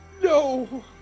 No